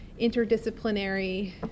interdisciplinary